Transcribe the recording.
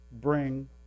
bring